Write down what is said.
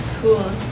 Cool